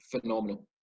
phenomenal